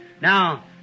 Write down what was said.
Now